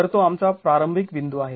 तर तो आमचा प्रारंभिक बिंदू आहे